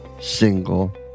single